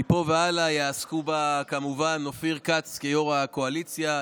מפה והלאה יעסוק בה כמובן אופיר כץ כיו"ר הקואליציה,